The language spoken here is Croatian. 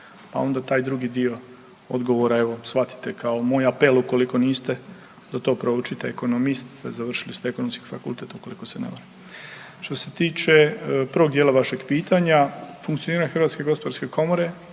Pa onda taj drugi dio odgovora evo shvatite kao moj apel ukoliko niste, da to proučite, ekonomist ste završili ste Ekonomski fakultet ukoliko se ne varam. Što se tiče drugog dijela vašeg pitanja, funkcioniranje HGK odnosno komorskog